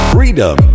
Freedom